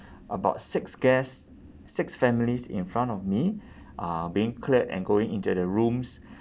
about six guests six families in front of me uh being cleared and going into their rooms